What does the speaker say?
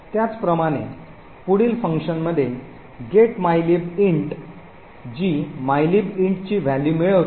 त्याचप्रकारे पुढील फंक्शनमध्ये get mylib int जी mylib int ची व्हॅल्यू मिळवते